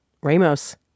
Ramos